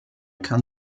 kann